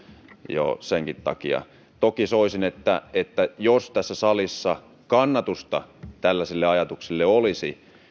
jo senkin takia toki soisin että että jos tässä salissa kannatusta tällaiselle ajatukselle olisi